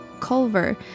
Culver